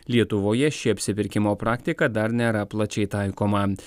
lietuvoje ši apsipirkimo praktika dar nėra plačiai taikoma